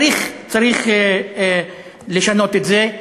צריך לשנות את זה.